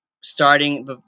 starting